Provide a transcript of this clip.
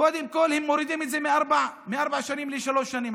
קודם כול הם מורידים את זה מארבע שנים לשלוש שנים,